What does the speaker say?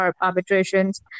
arbitrations